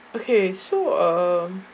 okay so um